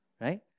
Right